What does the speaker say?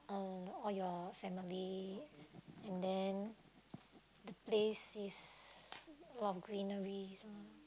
uh or your family and then the place is a lot of greeneries ah